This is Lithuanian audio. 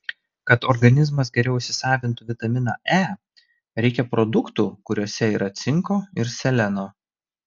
kad organizmas geriau įsisavintų vitaminą e reikia produktų kuriuose yra cinko ir seleno